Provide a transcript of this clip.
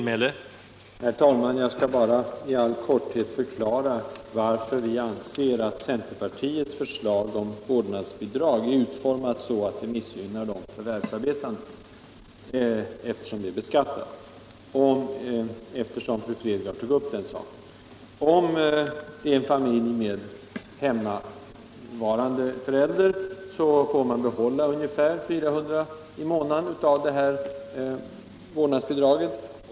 Herr talman! Jag skail bara i all korthet förklara varför vi anser att centerpartiets förslag om vårdnadsbidrag är utformat så att det missgynnar de förvärvsarbetande, eftersom det är beskattat. Fru Fredgardh tog ju upp den saken. En familj med hemmavarande förälder får behålla ungefär 400 i månaden av det här vårdnadsbidraget.